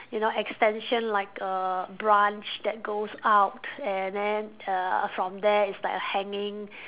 you know extension like a brunch that goes out and then err from there is like a hanging